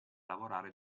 lavorare